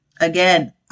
Again